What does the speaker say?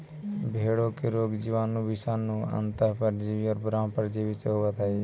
भेंड़ों में रोग जीवाणु, विषाणु, अन्तः परजीवी और बाह्य परजीवी से होवत हई